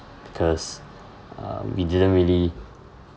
because uh we didn't really